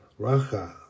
racha